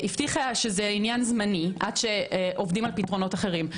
היא הבטיחה שזה עניין זמני ושעובדים על פתרונות אחרים.